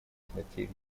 смертей